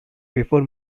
before